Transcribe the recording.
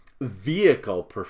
vehicle